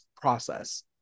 process